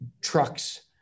trucks